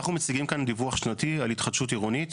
אנחנו מציגים כאן דיווח שנתי על התחדשות עירונית